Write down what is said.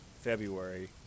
February